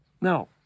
Now